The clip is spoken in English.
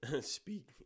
speak